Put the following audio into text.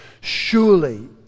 Surely